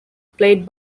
played